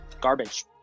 garbage